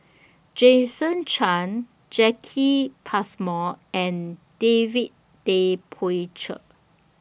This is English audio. Jason Chan Jacki Passmore and David Tay Poey Cher